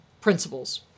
principles